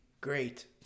great